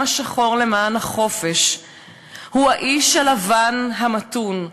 השחור למען החופש הוא האיש הלבן המתון,